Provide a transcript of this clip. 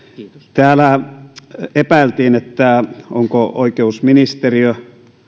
täällä epäiltiin onko oikeusministeriö